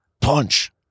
punch